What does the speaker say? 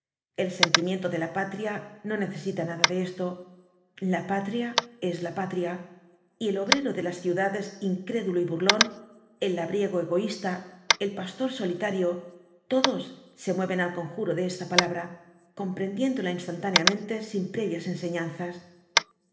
el sentimiento de la patria no necesita nada de esto la patria es la patria y el obrero de las ciudades incrédulo y burlón el labriego egoísta el pastor solitario todos se mueven al conjuro de esta palabra comprendiéndola instantáneamente sin previas enseñanzas